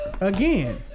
again